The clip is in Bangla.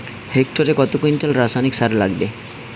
হেক্টরে কত কুইন্টাল রাসায়নিক সার লাগবে?